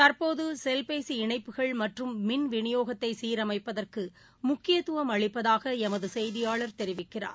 தற்போது செல்பேசி இணைப்புகள் மற்றும் மின்விநியோகத்தை சீரமைப்பதற்கு முக்கியத்துவம் அளிப்பதாக எமது செய்தியாளர் தெரிவிக்கிறார்